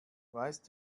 weißt